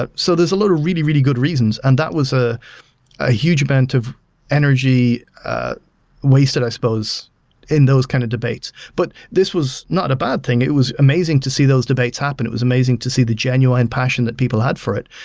but so there's a lot of really really good reasons, and that was ah a huge event of energy wasted i suppose in those kind of debates. but this was not a bad thing. it was amazing to see those debates happen. it was amazing to see the genuine passionate people out for it.